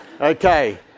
okay